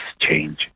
change